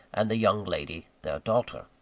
and the young lady, their daughter.